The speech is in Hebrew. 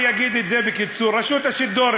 אני אגיד את זה בקיצור: רשות השידור,